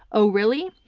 oh really?